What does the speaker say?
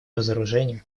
разоружению